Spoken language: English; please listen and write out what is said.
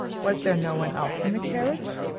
was there no one else in the carriage?